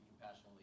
compassionately